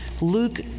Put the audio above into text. Luke